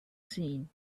seen